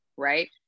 right